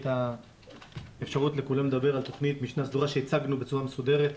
את האפשרות לכולם לדבר על תוכנית משנה סדורה שהצגנו בצורה מסודרת.